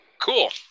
cool